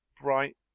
bright